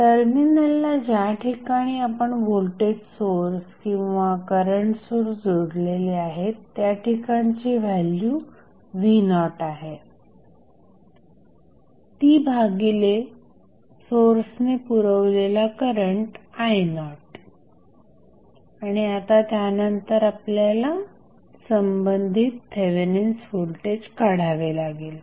टर्मिनलला ज्याठिकाणी आपण व्होल्टेज सोर्स किंवा करंट सोर्स जोडलेले आहेत त्या ठिकाणची व्हॅल्यू v0आहे ती भागिले सोर्सने पुरवलेला करंट i0आणि आता त्यानंतर आपल्याला संबंधित थेवेनिन्स व्होल्टेज काढावे लागेल